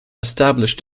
established